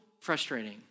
frustrating